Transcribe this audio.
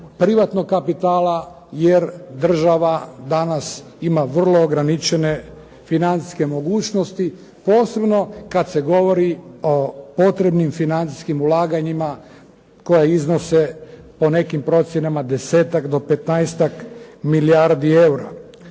privatnog kapitala jer država danas ima ima vrlo ograničene financijske mogućnosti posebno kad se govori o potrebnim financijskim ulaganjima koja iznose po nekim procjenama 10-ak do 15-ak milijardi eura.